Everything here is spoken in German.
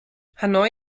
hanoi